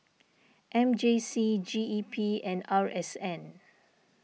M J C G E P and R S N